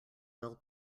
will